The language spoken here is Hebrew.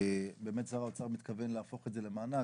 באמת שר האוצר מתכוון להפוך את זה למענק,